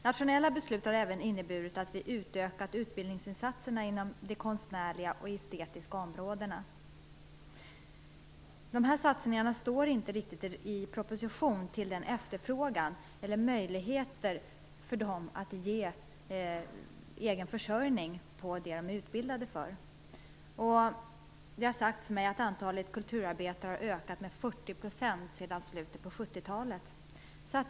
Nationella beslut har även inneburit att vi utökat utbildningsinsatserna inom de konstnärliga och estetiska områdena. Satsningarna står inte riktigt i proportion till efterfrågan eller möjligheterna för kulturarbetarna att försörja sig på det de är utbildade för. Det har sagts mig att antalet kulturarbetare har ökat med 40 % sedan slutet av 1970-talet.